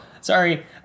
sorry